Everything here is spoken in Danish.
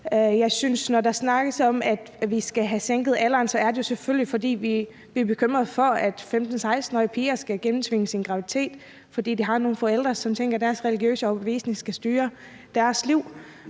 niveau. Når der snakkes om, at vi skal have sænket alderen, er det selvfølgelig, fordi vi er bekymrede for, at 15-16-årige piger skal tvinges til at gennemføre en graviditet, fordi de har nogle forældre, som tænker, at deres religiøse overbevisning skal styre deres